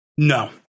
No